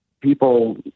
people